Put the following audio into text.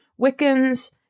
Wiccans